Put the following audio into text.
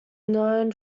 known